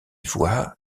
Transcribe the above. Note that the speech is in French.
voix